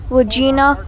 Regina